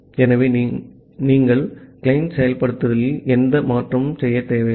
ஆகவே இங்கே நாங்கள் கிளையன்ட் செயல்படுத்தலில் எந்த மாற்றமும் செய்யவில்லை